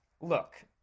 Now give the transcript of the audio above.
Look